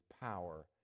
power